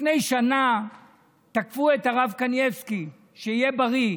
לפני שנה תקפו את הרב קניבסקי, שיהיה בריא,